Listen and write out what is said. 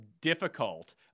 difficult